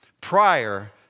prior